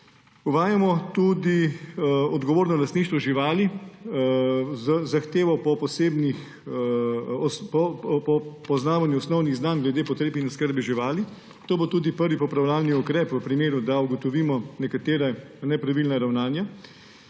Uvajamo tudi odgovorno lastništvo živali z zahtevo po poznavanju osnovnih znanj glede potreb in oskrbe živali. To bo tudi prvi popravljalni ukrep, če ugotovimo nekatera nepravilna ravnanja.